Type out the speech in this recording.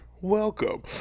welcome